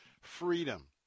Freedom